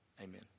Amen